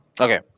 Okay